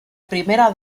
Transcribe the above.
primera